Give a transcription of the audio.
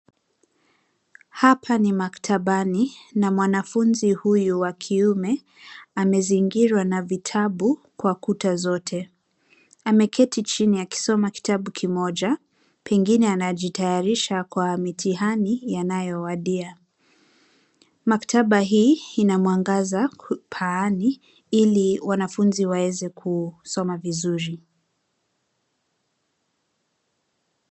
Hapa ni maktabani na mwanafunzi huyu wa kiume amezingirwa na vitabu kwa kuta zote. Ameketi chini akisoma kitabu kimoja pengine anajitayarisha kwa mitihani yanayowadia. Maktaba hii ina mwangaza paani ili wanafunzi waweze kusoma vizuri.